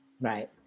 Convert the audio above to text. right